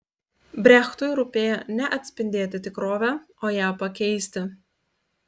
brechtui rūpėjo ne atspindėti tikrovę o ją pakeisti